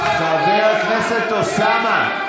אוסאמה,